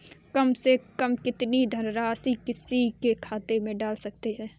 कम से कम कितनी धनराशि किसी के खाते में डाल सकते हैं?